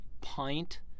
pint